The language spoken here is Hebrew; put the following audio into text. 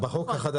ומה בחוק החדש?